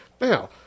Now